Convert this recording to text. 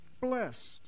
Blessed